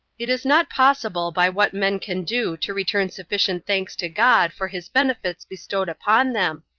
it is not possible by what men can do to return sufficient thanks to god for his benefits bestowed upon them,